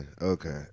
Okay